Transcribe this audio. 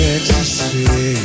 Ecstasy